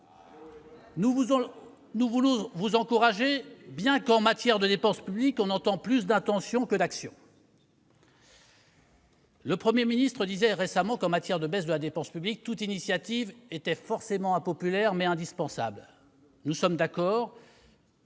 nous voulons vous encourager, bien qu'en matière de dépenses publiques l'on observe davantage d'intentions que d'actions ... Le Premier ministre disait récemment que, pour réduire la dépense publique, toute initiative était forcément impopulaire, mais indispensable. Nous sommes d'accord,